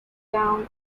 town